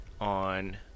On